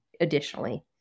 additionally